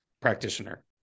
practitioner